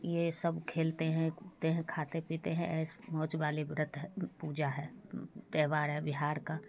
ये सब खेलते हैं कूदते हैं खाते पीते है ऐश मौज वाले व्रत है पूजा है त्यौहार है बिहार का